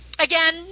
Again